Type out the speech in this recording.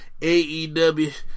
AEW